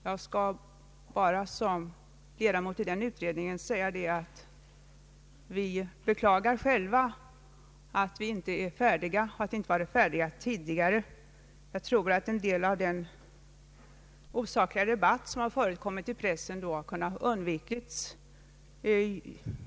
Jag vill bara som ledamot i denna utredning säga att vi själva beklagar att vi inte är färdiga. Jag tror att en del av den osakliga debatt som förekommit i pressen hade kunnat undvikas.